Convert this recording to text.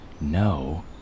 No